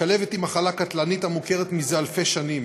הכלבת היא מחלה קטלנית המוכרת זה אלפי שנים.